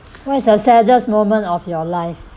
what is the saddest moment of your life